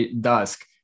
dusk